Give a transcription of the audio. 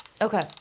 Okay